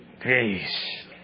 grace